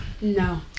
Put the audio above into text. no